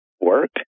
work